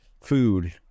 food